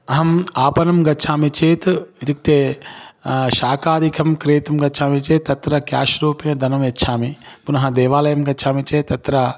अहम् आपणं गच्छामि चेत् इत्युक्ते शाकादिकं क्रेतुं गच्छामि चेत् तत्र क्याश् रूपेण धनं यच्छामि पुनः देवालयं गच्छामि चेत् तत्र